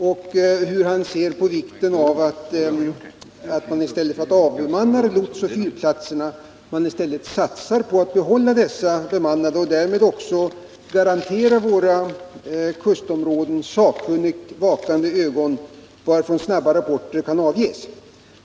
Jag ville veta hur kommunministern ser på förslaget att man i stället för att avbemanna lotsoch fyrplatser satsar på att behålla dessa bemannade och därmed garanterar våra kustområden sakkunnigt vakande ögon, så att snabba rapporter kan ges.